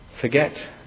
Forget